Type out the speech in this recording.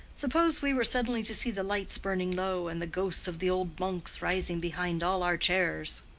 suppose we were suddenly to see the lights burning low and the ghosts of the old monks rising behind all our chairs!